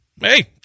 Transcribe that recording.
Hey